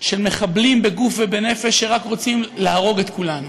של מחבלים בגוף ובנפש שרק רוצים להרוג את כולנו.